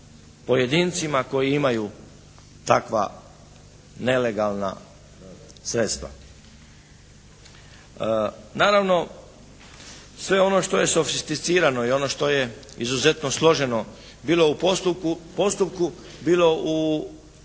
pojedincima koji imaju takva nelegalna sredstva. Naravno sve ono što je sofisticirano i ono što je izuzetno složeno bilo u postupku, bilo u